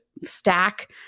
stack